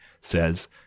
says